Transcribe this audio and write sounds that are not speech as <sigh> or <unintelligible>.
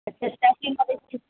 <unintelligible>